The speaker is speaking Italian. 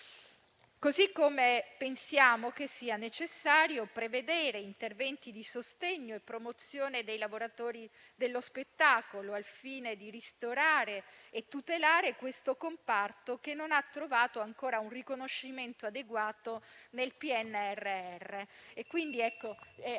tempo pensiamo sia necessario prevedere interventi di sostegno e promozione dei lavoratori dello spettacolo, al fine di ristorare e tutelare questo comparto che non ha trovato ancora un riconoscimento adeguato nel PNRR. Auspichiamo